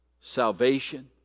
Salvation